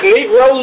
Negro